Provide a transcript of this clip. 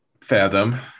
fathom